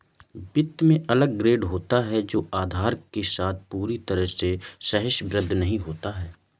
वित्त में अलग ग्रेड होता है जो आधार के साथ पूरी तरह से सहसंबद्ध नहीं होता है